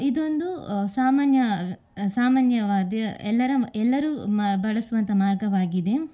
ಇದೊಂದು ಸಾಮಾನ್ಯ ಸಾಮಾನ್ಯವಾದ ಎಲ್ಲರ ಎಲ್ಲರು ಮ ಬಳಸುವಂಥ ಮಾರ್ಗವಾಗಿದೆ